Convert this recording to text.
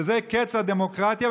שזה קץ הדמוקרטיה,